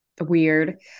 weird